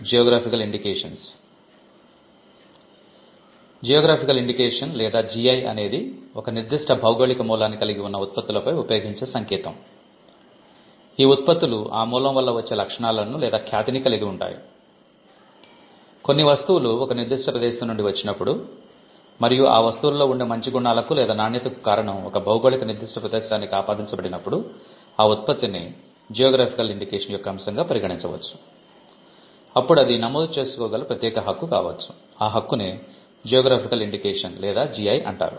geographical indication లేదా GI అంటారు